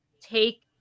take